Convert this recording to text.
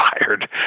fired